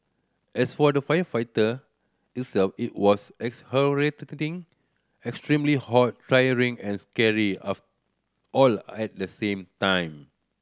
as for the firefighting itself it was extremely hot tiring and scary all at the same time